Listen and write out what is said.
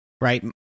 right